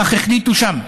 כך החליטו שם.